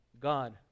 God